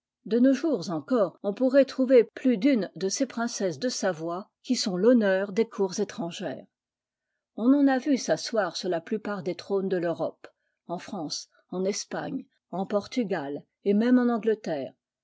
de nos jours encore on pourrait trouver plus d'une de ces princesses de savoie qui sont l'houncur des digitized by google cours étrangères on en a vu s'asseoir sur la plupart des trônes de l'europe en france en espagne en portugal et même en angleterre